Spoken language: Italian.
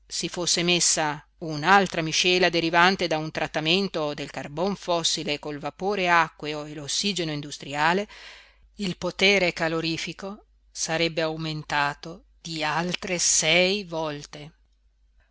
si fosse messa un'altra miscela derivante da un trattamento del carbon fossile col vapore acqueo e l'ossigeno industriale il potere calorifico sarebbe aumentato di altre sei volte